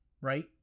right